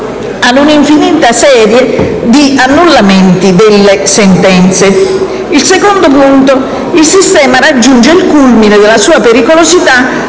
ad una infinita serie di annullamenti delle sentenze. Il secondo punto è che il sistema raggiunge il culmine della sua pericolosità